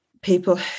people